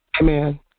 Amen